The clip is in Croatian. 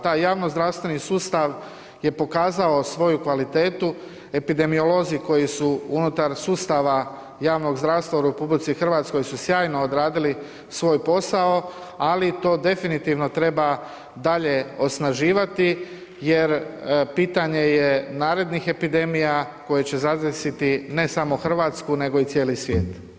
Taj javnozdravstveni sustav je pokazao svoju kvalitetu, epidemiolozi koji su unutar sustava javnog zdravstva u RH su sjajno odradili svoj posao, ali to definitivno treba dalje osnaživati jer pitanje je narednih epidemija koje će zadesiti ne samo Hrvatsku nego i cijeli svijet.